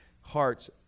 hearts